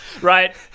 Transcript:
Right